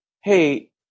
hey